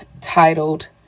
titled